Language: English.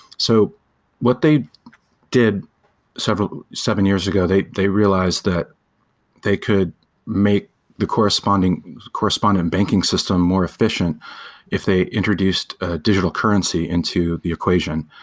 so what they did seven years ago, they they realize that they could make the correspondent correspondent banking system more efficient if they introduced digital currency into the equation.